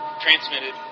transmitted